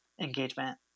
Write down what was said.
engagement